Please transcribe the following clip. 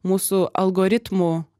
mūsų algoritmų